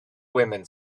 women